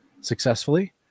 successfully